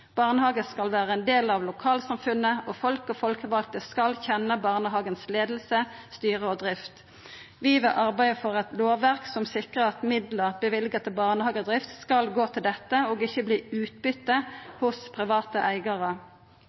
skal være en del av lokalsamfunnet, og folk og folkevalgte skal kjenne barnehagens ledelse, styre og drift. Vi vil arbeide for et lovverk som sikrer at midler bevilget til barnehagedrift skal gå til dette og ikke bli utbytte hos private eiere.»